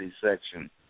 section